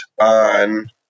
on